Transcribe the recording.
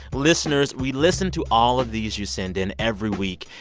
listeners, we listen to all of these you send in every week,